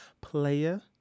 Player